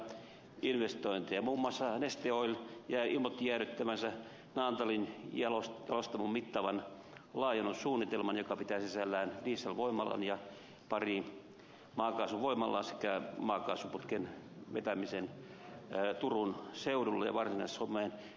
muun muassa neste oil ilmoitti jäädyttävänsä naantalin jalostamon mittavan laajennussuunnitelman joka pitää sisällään dieselvoimalan ja pari maakaasuvoimalaa sekä maakaasuputken vetämisen turun seudulle ja varsinais suomeen